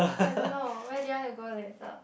I don't know where do you want to go later